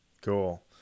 Cool